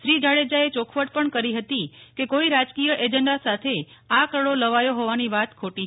શ્રી જાડેજા એ ચોખવટ પણ કરીહતી કે કોઈ રાજકીય એજન્ડા સાથે આ ખરડો લવાયો હોવાની વાત ખોટી છે